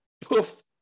poof